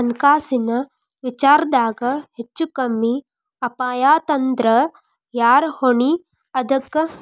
ಹಣ್ಕಾಸಿನ್ ವಿಚಾರ್ದಾಗ ಹೆಚ್ಚು ಕಡ್ಮಿ ಅಪಾಯಾತಂದ್ರ ಯಾರ್ ಹೊಣಿ ಅದಕ್ಕ?